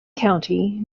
county